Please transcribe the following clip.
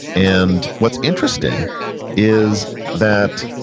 and what's interesting is that,